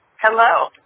Hello